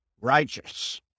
righteous